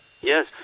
Yes